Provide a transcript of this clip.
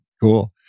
Cool